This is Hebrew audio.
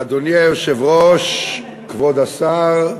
אדוני היושב-ראש, כבוד השר,